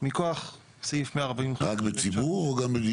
מכוח סעיף 145. רק בציבור או גם בדיון?